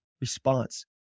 response